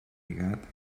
lligat